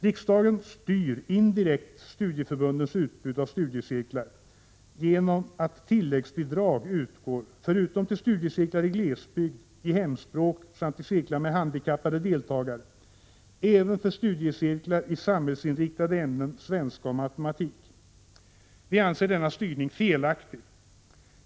Riksdagen styr indirekt studieförbundens utbud av studiecirklar genom att tilläggsbidrag utgår förutom till studiecirklar i glesbygd, studiecirklar i hemspråk samt cirklar med handikappade deltagare även till studiecirklar i samhällsinriktade ämnen, svenska och matematik. Vi anser denna styrning felaktig.